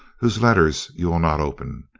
whose letters you will not open,